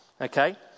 okay